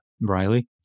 Riley